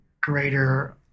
greater